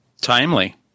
Timely